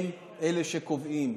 הם אלה שקובעים,